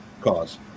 cause